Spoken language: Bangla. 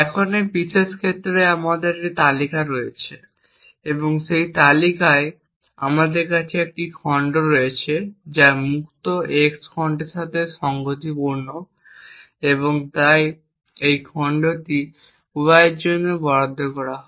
এখন এই বিশেষ ক্ষেত্রে আমাদের একটি তালিকা রয়েছে এবং সেই তালিকায় আমাদের কাছে একটি খণ্ড রয়েছে যা মুক্ত x খণ্ডের সাথে সঙ্গতিপূর্ণ এবং তাই এই খণ্ডটি y এর জন্য বরাদ্দ করা হয়